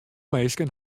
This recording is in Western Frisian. minsken